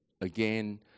Again